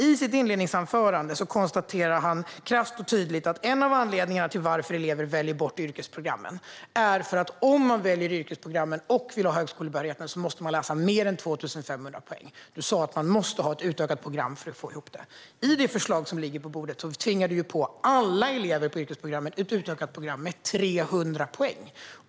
I sitt huvudanförande konstaterar han krasst och tydligt att en av anledningarna till att elever väljer bort yrkesprogrammen är att om man väljer yrkesprogrammen och vill ha högskolebehörighet måste man läsa mer än 2 500 poäng. Du sa att man måste ha ett utökat program för att få ihop det. Det förslag som ligger på bordet tvingar på alla elever på yrkesprogrammen ett program som är utökat med 300 poäng.